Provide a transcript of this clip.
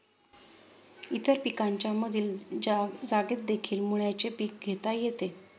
इतर पिकांच्या मधील जागेतदेखील मुळ्याचे पीक घेता येते